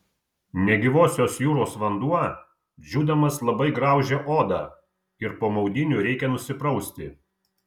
negyvosios jūros vanduo džiūdamas labai graužia odą ir po maudynių reikia nusiprausti